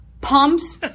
pumps